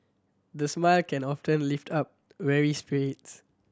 the smile can often lift up weary spirits